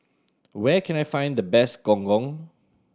where can I find the best Gong Gong